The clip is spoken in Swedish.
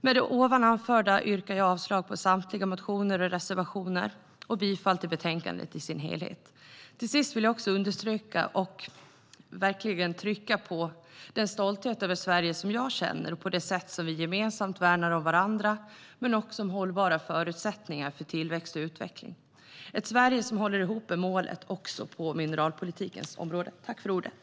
Med det anförda yrkar jag avslag på samtliga motioner och reservationer och bifall till förslaget till beslut i dess helhet.